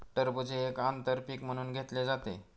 टरबूज हे एक आंतर पीक म्हणून घेतले जाते